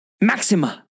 Maxima